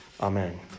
Amen